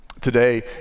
Today